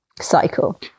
cycle